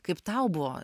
kaip tau buvo